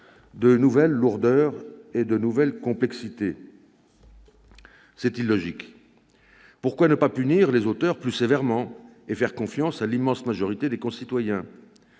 de nouvelles lourdeurs et complexités. C'est illogique. Pourquoi ne pas punir les auteurs plus sévèrement et faire confiance à l'immense majorité des citoyens ?